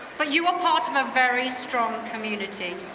but you are part of a very strong community.